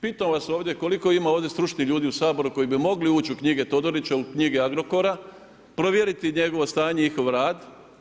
Pitam vas ovdje koliko ima ovdje stručnih ljudi u Saboru, koji bi mogli ući u knjige Todorića, u knjige Agrokora, provjeriti njegovo stanje, njihov rad.